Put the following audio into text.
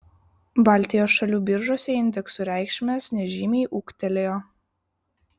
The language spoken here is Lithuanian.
baltijos šalių biržose indeksų reikšmės nežymiai ūgtelėjo